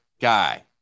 guy